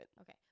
okay